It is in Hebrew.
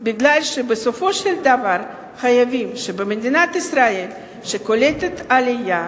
כי בסופו של דבר במדינת ישראל, שקולטת עלייה,